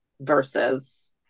versus